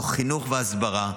תוך חינוך והסברה,